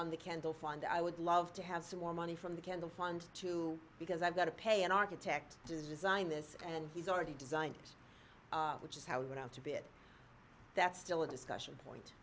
on the candle fund i would love to have some more money from the candle fund too because i've got to pay an architect to design this and he's already designed it which is how it went on to be it that's still a discussion point